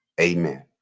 Amen